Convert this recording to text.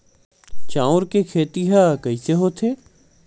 चांउर के खेती ह कइसे होथे?